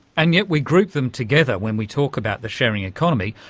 and yet we group them together when we talk about the sharing economy.